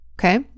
Okay